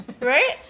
Right